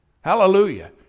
Hallelujah